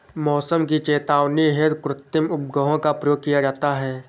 मौसम की चेतावनी हेतु कृत्रिम उपग्रहों का प्रयोग किया जाता है